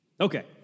Okay